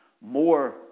more